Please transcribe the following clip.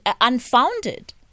unfounded